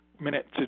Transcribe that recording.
minute